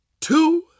two